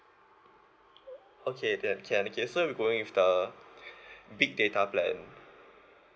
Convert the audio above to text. okay then can okay so we going with the big data plan